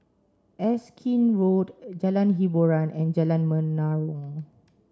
Erskine Road Jalan Hiboran and Jalan Menarong